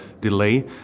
delay